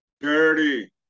Dirty